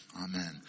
Amen